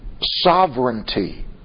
sovereignty